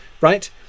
right